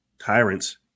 tyrants